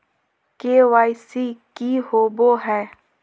KYC की होबो है?